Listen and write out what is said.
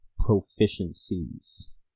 proficiencies